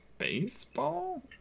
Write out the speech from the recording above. Baseball